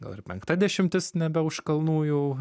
gal ir penkta dešimtis nebe už kalnų jau